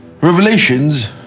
Revelations